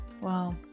wow